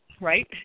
right